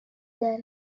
the